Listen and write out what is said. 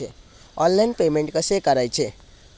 Online payment कसे करायचे?